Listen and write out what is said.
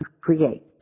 create